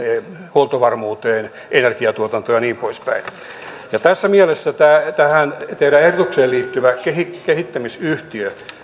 huoltovarmuuteen energiatuotantoon ja niin poispäin tässä mielessä tähän teidän ehdotukseenne liittyvästä kehittämisyhtiöstä